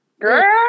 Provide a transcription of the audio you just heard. Girl